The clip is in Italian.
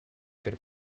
per